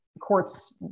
courts